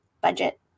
Budget